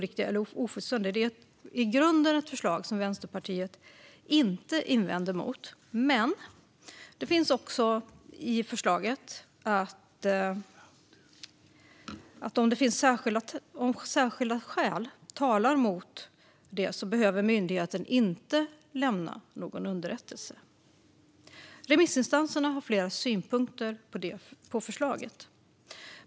Det är i grunden ett förslag som Vänsterpartiet inte invänder mot, men det finns också med i förslaget att myndigheten inte behöver lämna någon underrättelse om särskilda skäl talar mot det. Remissinstanserna har flera synpunkter på förslaget.